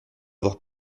avoir